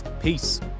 Peace